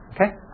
Okay